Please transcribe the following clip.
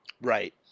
Right